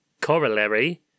corollary